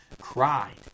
cried